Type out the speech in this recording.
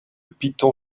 piton